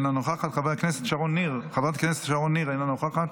אינה נוכחת,